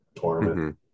tournament